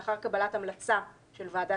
לאחר קבלת המלצה של ועדה